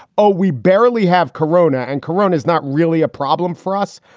oh, we barely have corona and corona is not really a problem for us,